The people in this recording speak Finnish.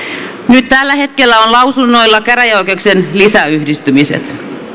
nyt tällä hetkellä ovat lausunnoilla käräjäoikeuksien lisäyhdistymiset